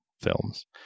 films